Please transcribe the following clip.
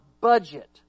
budget